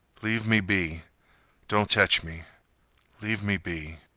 leave me be don't tech me leave me be